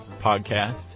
podcast